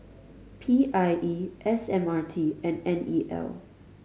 P I E S M R T and N E L